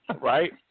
Right